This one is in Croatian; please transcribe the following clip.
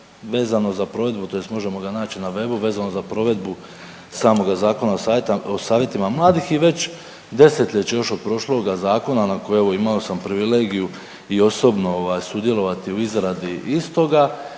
vezano za provedbu, tj. možemo ga naći na webu vezano za provedbu samoga Zakona o savjetima mladih i već desetljećima, još od prošloga zakona na koji evo imao sam privilegiju i osobno sudjelovati u izradi istoga.